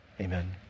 Amen